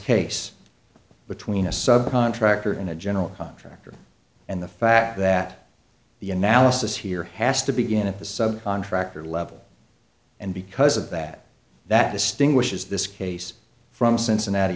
case between a sub contractor and a general contractor and the fact that the analysis here has to begin at the subcontractor level and because of that that distinguishes this case from cincinnati